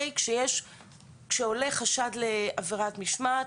כשעולה חשד לעבירת משמעת,